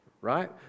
right